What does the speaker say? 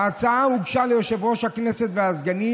ההצעה הוגשה ליושב-ראש הכנסת והסגנים,